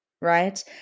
right